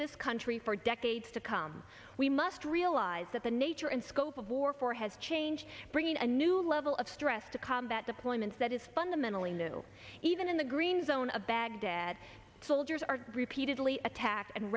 this country for decades to come we must realize that the nature and scope of war has changed bringing a new level of stress to combat deployments that is fundamentally new even in the green zone of baghdad soldiers are repeatedly attacked and